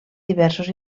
diversos